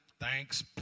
thanks